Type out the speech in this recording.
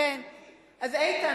אז איתן,